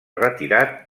retirat